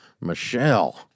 Michelle